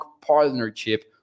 partnership